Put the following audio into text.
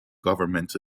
government